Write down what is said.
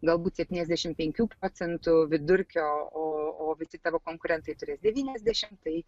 galbūt septyniasdešimt penkių procentų vidurkio o o visi tavo konkurentai turės devyniasdešimt tai